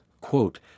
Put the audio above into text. quote